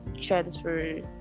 transfer